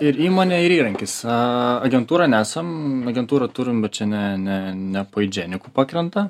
ir įmonė ir įrankis agentūra nesam agentūrą turim bet čia ne ne ne po eidženiku pakrenta